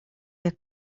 jak